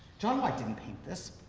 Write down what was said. john white didn't paint this.